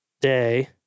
day